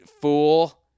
fool